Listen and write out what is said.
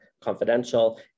confidential